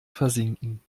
versinken